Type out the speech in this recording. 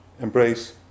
embrace